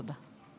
תודה.